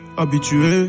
habitué